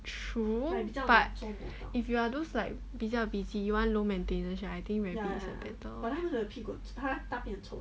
true but if you are those like 比较 busy you want low maintenance right I think rabbit is better one